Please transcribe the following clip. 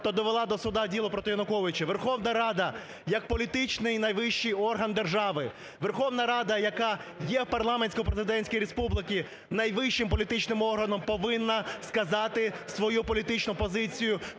та довела до суду діло проти Януковича. Верховна Рада як політичний найвищий орган держави, Верховна Рада, яка є в парламентсько-президентській республіці найвищим політичним органом, повинна сказати свою політичну позицію